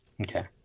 Okay